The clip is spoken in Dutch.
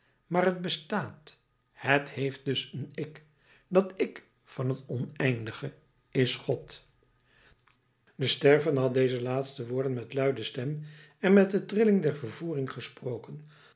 maar het bestaat het heeft dus een ik dat ik van het oneindige is god de stervende had deze laatste woorden met luide stem en met de trilling der vervoering gesproken